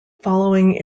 following